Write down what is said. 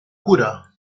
cura